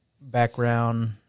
background